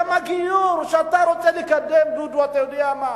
גם הגיור שאתה רוצה לקדם, דודו, אתה יודע מה?